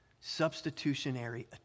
substitutionary